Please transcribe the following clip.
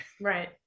right